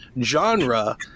genre